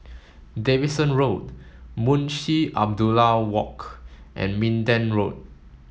Davidson Road Munshi Abdullah Walk and Minden Road